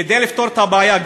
כדי לפתור את הבעיה,